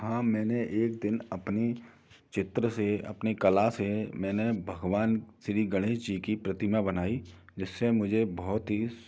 हाँ मैंने एक दिन अपने चित्र से अपने कला से मैंने भगवान श्री गणेश जी की प्रतिमा बनाई जिससे मुझे बहुत ही